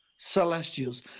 celestials